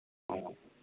ꯑꯣ